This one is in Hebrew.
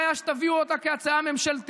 אין לי בעיה שתביאו אותה כהצעה ממשלתית.